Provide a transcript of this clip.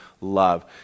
love